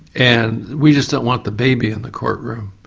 and we just don't want the baby in the court room,